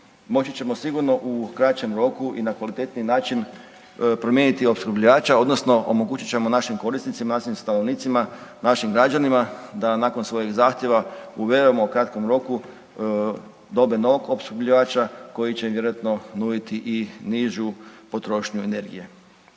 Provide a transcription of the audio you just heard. moći ćemo sigurno u kraćem roku i na kvalitetniji način promijeniti opskrbljivača odnosno omogućit ćemo našim korisnicima, našim stanovnicima, našim građanima da nakon svojeg zahtjeva …/Govornik se ne razumije/… u kratkom roku dobe novog opskrbljivača koji će im vjerojatno nuditi i nižu potrošnju energije.